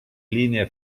linee